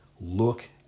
look